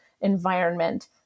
environment